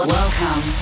Welcome